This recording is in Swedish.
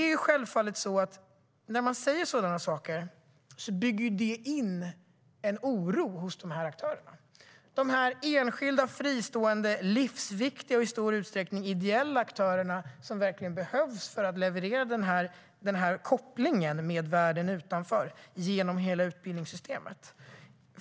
Det är självfallet så att när man säger sådana saker bygger det in en oro hos de här aktörerna, de här enskilda, fristående, livsviktiga och i stor utsträckning ideella aktörerna som verkligen behövs för att leverera den här kopplingen till världen utanför genom hela utbildningssystemet.